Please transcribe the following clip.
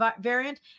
variant